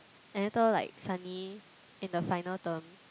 and later like suddenly in the final term